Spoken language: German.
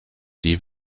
die